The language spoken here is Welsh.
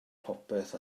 popeth